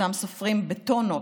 אותם סופרים בטונות,